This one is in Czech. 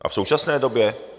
A v současné době?